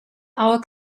our